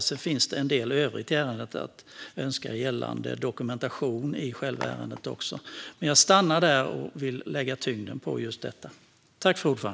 Det finns en del övrigt att önska gällande dokumentation i själva ärendet, men jag stannar där och vill lägga tyngden på just detta.